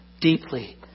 deeply